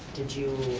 did you